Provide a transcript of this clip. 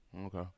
okay